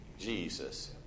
Jesus